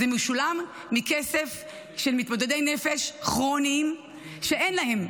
זה משולם מכסף של מתמודדי נפש כרוניים שאין להם,